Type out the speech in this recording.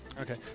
Okay